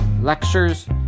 Lectures